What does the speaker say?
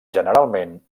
generalment